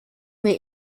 mir